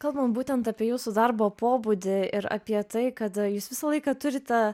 kalbam būtent apie jūsų darbo pobūdį ir apie tai kad jūs visą laiką turite